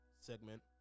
segment